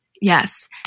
Yes